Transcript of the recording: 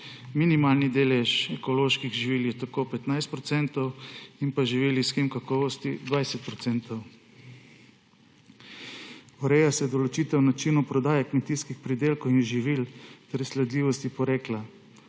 Minimalni delež ekoloških živil je tako 15 % in živil iz shem kakovosti 20 %. Ureja se določitev načinov prodaje kmetijskih pridelkov in živil, sledljivost porekla,